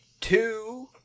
two